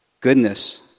goodness